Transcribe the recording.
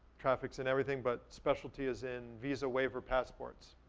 traffics in everything, but specialty is in visa waiver passports.